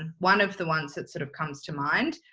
and one of the ones that sort of comes to mind.